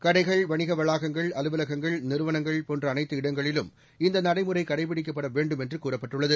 கடைகள் வணிக வளாகங்கள் அலுவலகங்கள் நிறுவனங்கள் போன்ற அனைத்து இடங்களிலும் இந்த நடைமுறை கடைபிடிக்கப்பட வேண்டும் என்று கூறப்பட்டுள்ளது